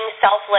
selfless